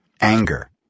Anger